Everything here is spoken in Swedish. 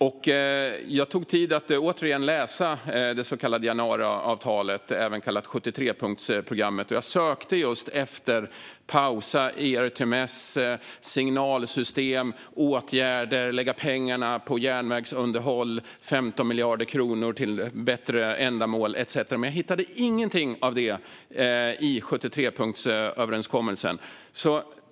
Jag tog mig tid att återigen läsa det så kallade januariavtalet, även kallat 73-punktsprogrammet, och jag sökte just efter något om att pausa ERTMS, signalsystem, åtgärder, lägga pengarna på järnvägsunderhåll, 15 miljarder kronor till bättre ändamål etcetera. Jag hittade dock ingenting av det i 73punktsöverenskommelsen.